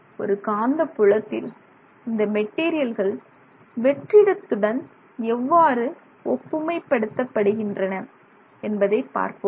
ஒரு காந்தப் புலத்தில் இந்த மெட்டீரியல்கள் வெற்றிடத்துடன் எவ்வாறு ஒப்புமை படுத்தப்படுகின்றன என்பதை பார்ப்போம்